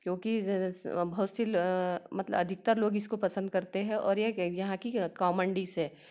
क्योंकि बहुत सी मतलब अधिकतर लोग इसको पसंद करते हैं और एक यहाँ की कॉमन डिश है